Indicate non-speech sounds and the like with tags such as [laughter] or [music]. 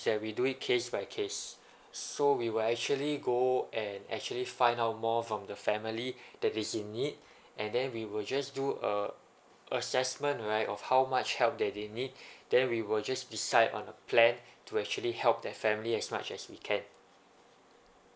that we do it case by case so we will actually go and actually find out more from the family that is in need and then we will just do uh assessment right of how much help that they need [breath] then we will just decide on a plan to actually help their family as much as we can